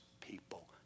people